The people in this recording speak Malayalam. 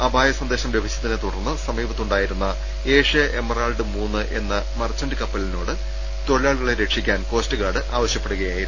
അപായസന്ദേശം ലഭിച്ചതിനെ തുടർന്ന് സമീപത്തുണ്ടായിരുന്ന ഏഷ്യാ എമറാൾഡ് ദ് എന്ന മർച്ചന്റ് കപ്പലിനോട് തൊഴിലാളികളെ രക്ഷിക്കാൻ കോസ്റ്റ് ഗാർഡ് ആവശ്യപ്പെടുകയായിരുന്നു